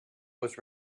was